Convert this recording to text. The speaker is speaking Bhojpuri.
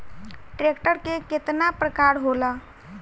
ट्रैक्टर के केतना प्रकार होला?